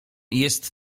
jest